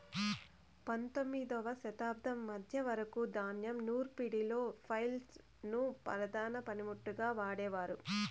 పందొమ్మిదవ శతాబ్దం మధ్య వరకు ధాన్యం నూర్పిడిలో ఫ్లైల్ ను ప్రధాన పనిముట్టుగా వాడేవారు